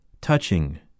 touching